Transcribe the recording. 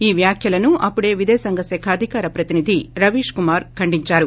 ఈ వ్యాఖ్యలను అప్పుడే విదేశాంగ అధికార ప్రతినిధి రవీష్ కుమార్ ఖండించారు